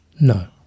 No